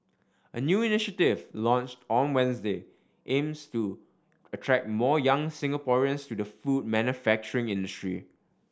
a new initiative launched on Wednesday aims to attract more young Singaporeans to the food manufacturing industry